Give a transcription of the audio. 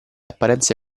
apparenze